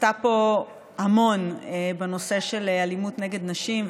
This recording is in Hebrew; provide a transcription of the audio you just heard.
שעשתה פה המון בנושא של אלימות נגד נשים,